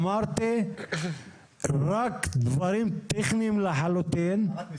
אמרתי שרק דברים טכניים לחלוטין -- רק מסמכים.